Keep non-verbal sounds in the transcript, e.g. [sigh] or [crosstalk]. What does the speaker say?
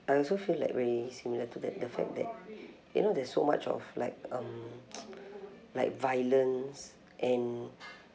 I also feel like very similar to that the fact that you know there's so much of like um [noise] like violence and